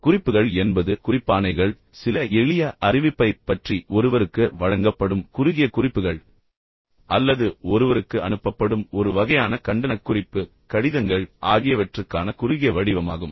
குறிப்புகள் என்பது குறிப்பாணைகள் சில எளிய அறிவிப்பைப் பற்றி ஒருவருக்கு வழங்கப்படும் குறுகிய குறிப்புகள் அல்லது ஒருவருக்கு அனுப்பப்படும் ஒரு வகையான கண்டனக் குறிப்பு கடிதங்கள் ஆகியவற்றுக்கான குறுகிய வடிவமாகும்